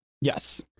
Yes